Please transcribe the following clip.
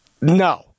No